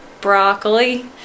broccoli